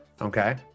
okay